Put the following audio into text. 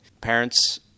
parents